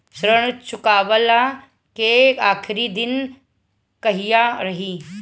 ऋण चुकव्ला के आखिरी दिन कहिया रही?